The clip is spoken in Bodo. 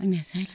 आंनिया जाला